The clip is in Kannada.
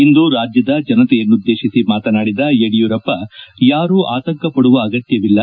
ಇಂದು ರಾಜ್ಯದ ಜನತೆಯನ್ನುದ್ಗೇತಿಸಿ ಮಾತನಾಡಿದ ಯಡಿಯೂರಪ್ಪ ಯಾರು ಆತಂಕ ಪಡುವ ಅಗತ್ತವಿಲ್ಲ